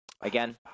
Again